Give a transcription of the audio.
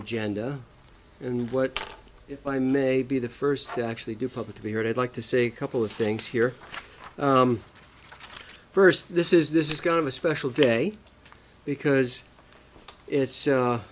agenda and what if i may be the first to actually do public to be heard i'd like to say a couple of things here first this is this is kind of a special day because it's